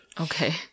Okay